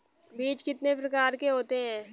बीज कितने प्रकार के होते हैं?